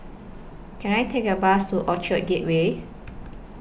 Can I Take A Bus to Orchard Gateway